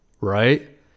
right